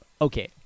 Okay